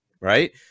right